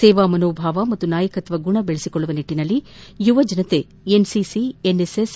ಸೇವಾಮನೋಭಾವ ಮತ್ತು ನಾಯಕತ್ವ ಗುಣ ಬೆಳೆಸಿಕೊಳ್ಳುವ ನಿಟ್ಟನಲ್ಲಿ ಯುವಜನರು ಎನ್ಸಿಸಿ ಎನ್ಎಸ್ಎಸ್